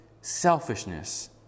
selfishness